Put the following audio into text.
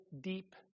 deep